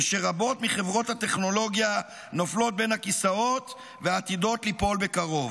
ושרבות מחברות הטכנולוגיה נופלות בין הכיסאות ועתידות ליפול בקרוב.